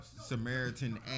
Samaritan